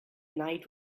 night